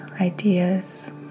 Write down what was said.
Ideas